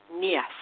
Yes